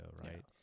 right